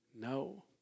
No